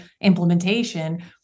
implementation